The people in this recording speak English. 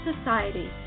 society